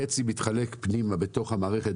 חצי מתחלק פנימה בתוך המערכת,